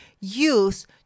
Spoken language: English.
use